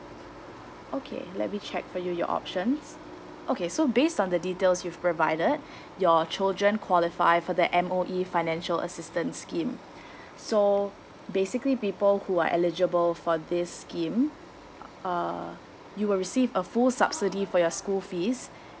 okay let me check for you your options okay so based on the details you've provided your children qualify for that M_O_E financial assistance scheme so basically people who are eligible for this scheme uh you will receive a full subsidy for your school fees